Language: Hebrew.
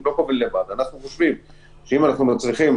אם אנחנו רואים שהפיילוט מצליח,